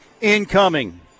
Incoming